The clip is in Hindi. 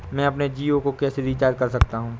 मैं अपने जियो को कैसे रिचार्ज कर सकता हूँ?